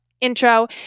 intro